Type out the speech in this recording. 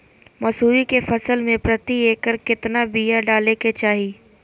मसूरी के फसल में प्रति एकड़ केतना बिया डाले के चाही?